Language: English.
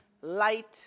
light